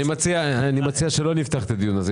אני מציע שלא נפתח את הדיון הזה.